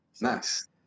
Nice